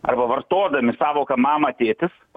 arba vartodami sąvoką mama tėtis